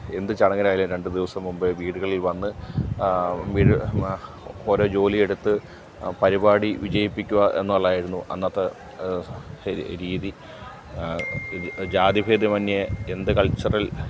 എന്ത് ചടങ്ങിനായാലും രണ്ട് ദിവസം മുമ്പേ വീടുകളിൽ വന്ന് വീട് ഓരോ ജോലി എടുത്ത് പരിപാടി വിജയിപ്പിക്കുക എന്നുള്ളതായിരുന്നു അന്നത്തെ ഒരു രീതി ഇത് ജാതിഭേതമന്യേ എന്ത് കൾച്ചറൽ